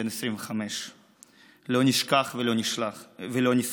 בן 25. לא נשכח ולא נסלח.